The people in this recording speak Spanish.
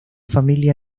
familia